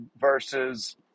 versus